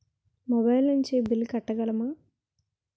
Mobile నుంచి bill కట్టగలమ?